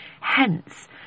hence